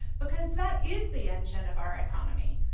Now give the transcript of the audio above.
because that is the engine of our economy.